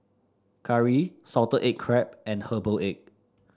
curry Salted Egg Crab and Herbal Egg